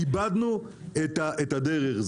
איבדנו את הדרך.